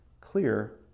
clear